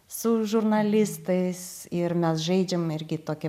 su žurnalistais ir mes žaidžiam irgi tokį